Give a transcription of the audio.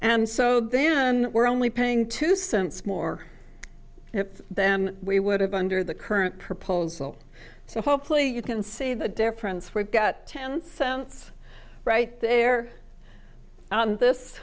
and so then we're only paying two cents more than we would have under the current proposal so hopefully you can see the difference we've got ten cents right there this